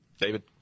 David